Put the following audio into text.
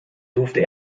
durfte